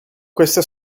questa